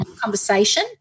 conversation